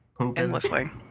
endlessly